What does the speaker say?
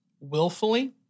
Willfully